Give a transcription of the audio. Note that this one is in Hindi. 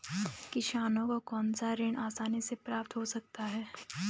किसानों को कौनसा ऋण आसानी से प्राप्त हो सकता है?